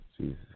Jesus